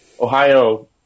Ohio